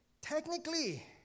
Technically